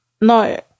No